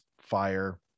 fire